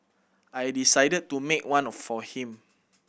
I decided to make one of for him